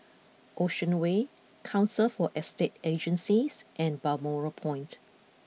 Ocean Way Council for Estate Agencies and Balmoral Point